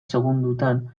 segundotan